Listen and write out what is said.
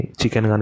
chicken